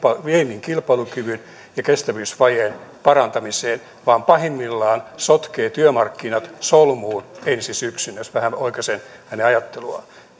viennin kilpailukyvyn ja kestävyysvajeen parantamiseen vaan pahimmillaan sotkevat työmarkkinat solmuun ensi syksynä jos vähän oikaisen hänen ajatteluaan